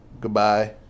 Goodbye